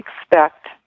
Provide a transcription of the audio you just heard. expect